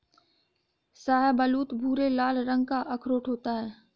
शाहबलूत भूरे लाल रंग का अखरोट होता है